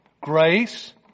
grace